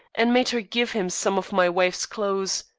and made her give him some of my wife's clothes.